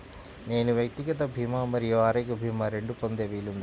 నేను వ్యక్తిగత భీమా మరియు ఆరోగ్య భీమా రెండు పొందే వీలుందా?